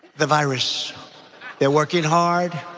the virus they're working hard,